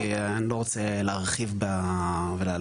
כי אני לא רוצה להרחיב במספרים.